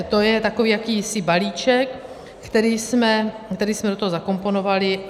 To je takový jakýsi balíček, který jsme do toho zakomponovali.